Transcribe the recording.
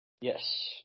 Yes